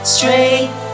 Straight